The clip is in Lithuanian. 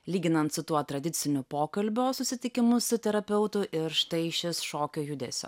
lyginant su tuo tradiciniu pokalbio susitikimu su terapeutu ir štai šis šokio judesio